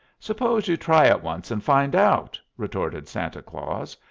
suppose you try it once and find out, retorted santa claus,